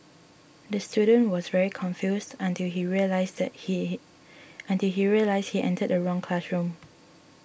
the student was very confused until he realised that he until he realised he entered the wrong classroom